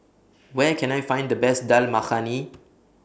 Where Can I Find The Best Dal Makhani